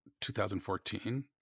2014